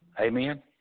Amen